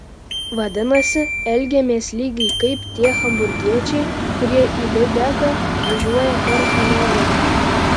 vadinasi elgiamės lygiai kaip tie hamburgiečiai kurie į liubeką važiuoja per hanoverį